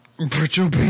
Virtual